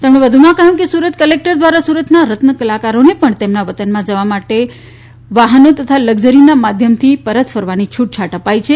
તેમણે વધુમાં કહ્યું કે સુરત ક્લેક્ટર દ્વારા સુરતના રત્નકલાકારોને પણ તેમના વતનમાં જવા પોતાના વાહન તથા લક્ઝરી માધ્યમથી પરત ફરવા છૂટછાટ આપી છે